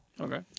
Okay